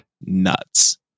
nuts